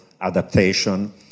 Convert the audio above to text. adaptation